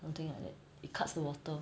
something like that it cuts the water